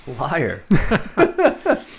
Liar